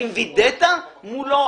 האם וידאת מולו?